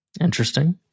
Interesting